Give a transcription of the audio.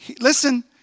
listen